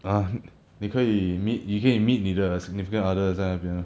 啊你可以 meet 你可以 meet 你的 significant other 在那边